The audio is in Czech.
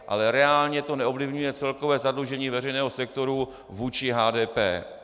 Ale reálně to neovlivňuje celkové zadlužení veřejného sektoru vůči HDP.